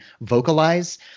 vocalize